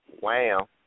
Wow